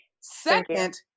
Second